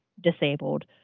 disabled